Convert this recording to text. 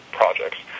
projects